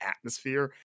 atmosphere